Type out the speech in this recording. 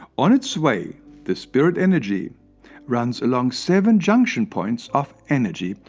on its way thespirit energy runs along seven junction-points of energy,